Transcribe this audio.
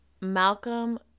Malcolm